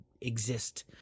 exist